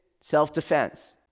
self-defense